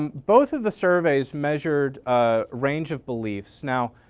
um both of the surveys measure ah range of beliefs. now,